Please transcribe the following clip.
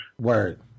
Word